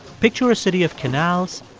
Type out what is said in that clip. picture a city of canals,